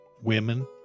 women